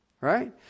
Right